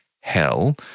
hell